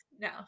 No